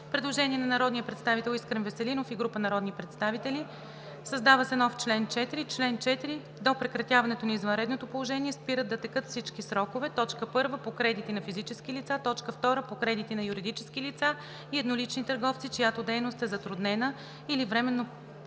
Предложение от народния представител Искрен Веселинов и група народни представители: „Създава се нов чл. 4: „Чл. 4. До прекратяването на извънредното положение спират да текат всички срокове: 1. по кредити на физически лица; 2. по кредити на юридически лица и еднолични търговци, чиято дейност е затруднена или временно